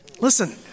listen